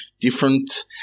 different